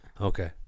Okay